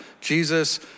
Jesus